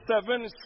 seven